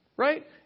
right